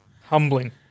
Humbling